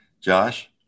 Josh